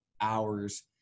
hours